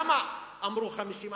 למה אמרו 50?